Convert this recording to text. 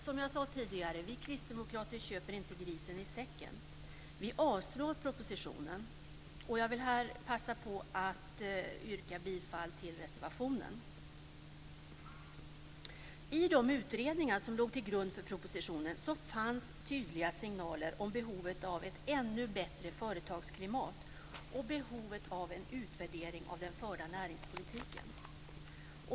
Som jag sade tidigare: Vi kristdemokrater köper inte grisen i säcken. Vi yrkar avslag på propositionen. Jag vill passa på att yrka bifall till reservationen. I de utredningar som låg till grund för propositionen fanns tydliga signaler om behovet av ett ännu bättre företagsklimat och behovet av en utvärdering av den förda näringspolitiken.